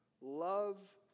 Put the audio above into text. love